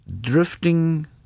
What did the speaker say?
drifting